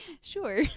sure